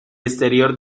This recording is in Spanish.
exterior